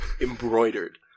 embroidered